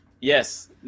Yes